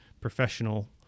professional